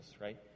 right